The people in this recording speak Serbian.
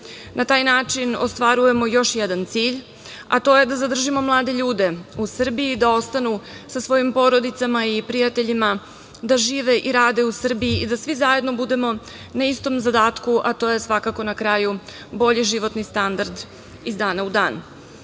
taj način ostvarujemo još jedan cilj, a to je da zadržimo mlade ljude u Srbiji, da ostanu sa svojim porodicama i prijateljima da žive i rade u Srbiji i da svi zajedno budemo na istom zadatku, a to je svakako na kraju bolji životni standard iz dana u